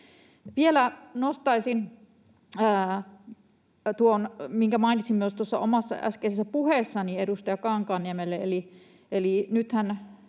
Vielä nostaisin tuon, minkä mainitsin myös omassa äskeisessä puheessani edustaja Kankaanniemelle,